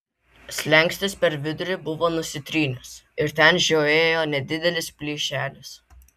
slenkstis per vidurį buvo nusitrynęs ir ten žiojėjo nedidelis plyšelis